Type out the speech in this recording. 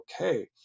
okay